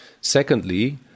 Secondly